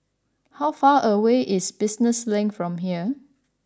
how far away is Business Link from here